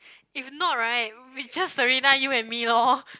if not right we just Serena you and me lor